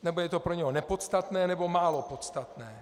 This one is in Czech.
Nebo je to pro něho nepodstatné nebo málo podstatné.